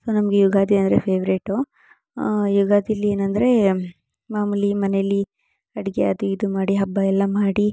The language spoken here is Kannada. ಸೊ ನಮಗೆ ಯುಗಾದಿ ಅಂದರೆ ಫೆವ್ರೇಟು ಯುಗಾದಿ ಅಲ್ಲಿ ಏನಂದ್ರೆ ಮಾಮೂಲಿ ಮನೆಯಲ್ಲಿ ಅಡುಗೆ ಅದು ಇದು ಮಾಡಿ ಹಬ್ಬ ಎಲ್ಲ ಮಾಡಿ